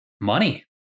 Money